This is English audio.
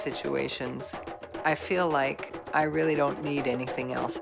situations i feel like i really don't need anything else